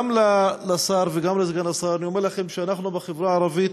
גם לשר וגם לסגן השר אני אומר שאנחנו בחברה הערבית